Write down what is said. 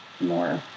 more